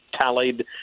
tallied